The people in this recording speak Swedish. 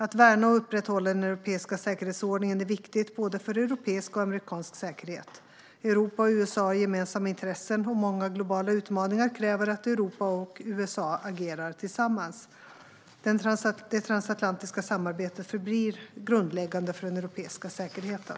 Att värna och upprätthålla den europeiska säkerhetsordningen är viktigt för både europeisk och amerikansk säkerhet. Europa och USA har gemensamma intressen, och många globala utmaningar kräver att Europa och USA agerar tillsammans. Det transatlantiska samarbetet förblir grundläggande för den europeiska säkerheten.